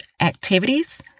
activities